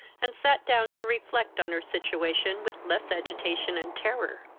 and sat down to reflect on her situation with less agitation and terror.